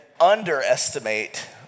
underestimate